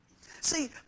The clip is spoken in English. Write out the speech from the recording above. See